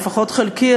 לפחות חלקית,